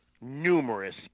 numerous